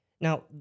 Now